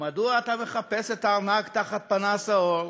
ומדוע אתה מחפש את הארנק תחת פנס האור?